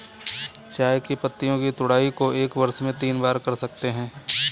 चाय की पत्तियों की तुड़ाई को एक वर्ष में तीन बार कर सकते है